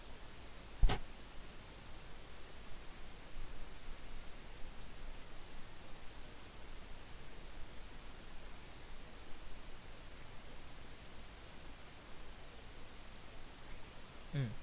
mm